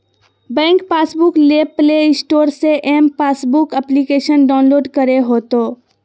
bank passbook ले play store से M passbook application download करे होतो